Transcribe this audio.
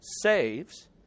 saves